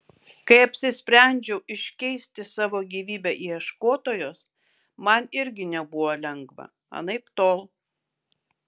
kai apsisprendžiau iškeisti savo gyvybę į ieškotojos man irgi nebuvo lengva anaiptol